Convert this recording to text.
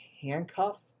handcuff